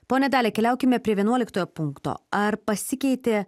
ponia dalia keliaukime prie vienuoliktojo punkto ar pasikeitė